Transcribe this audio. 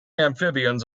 amphibians